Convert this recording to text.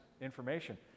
information